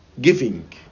giving